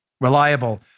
reliable